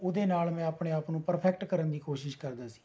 ਉਹਦੇ ਨਾਲ ਮੈਂ ਆਪਣੇ ਆਪ ਨੂੰ ਪਰਫੈਕਟ ਕਰਨ ਦੀ ਕੋਸ਼ਿਸ਼ ਕਰਦਾ ਸੀ